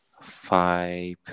five